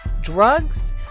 Drugs